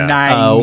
nine